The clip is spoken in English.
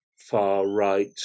far-right